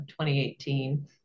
2018